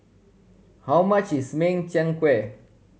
how much is Min Chiang Kueh